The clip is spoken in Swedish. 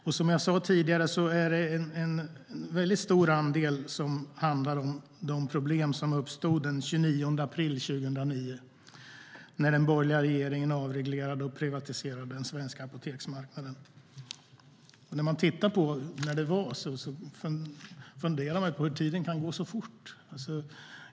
Och som jag sa tidigare handlar en stor andel om de problem som uppstod den 29 april 2009 när den borgerliga regeringen avreglerade och privatiserade den svenska apoteksmarknaden. När jag tittar på när det var funderar jag på hur tiden kan gå så fort.